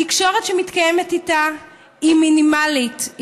התקשורת שמתקיימת איתה היא מינימלית,